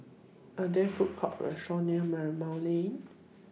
Are There Food Courts Or restaurants near Marymount Lane